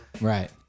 Right